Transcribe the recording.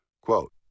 quote